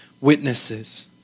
witnesses